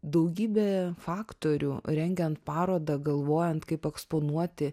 daugybė faktorių rengiant parodą galvojant kaip eksponuoti